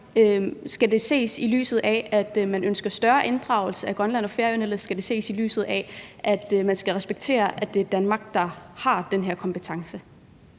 Skal det ses i lyset af, at man ønsker større inddragelse af Grønland og Færøerne? Eller skal det ses i lyset af, at man skal respektere, at det er Danmark, der har den her kompetence?